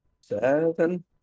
Seven